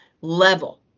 level